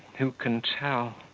who can tell?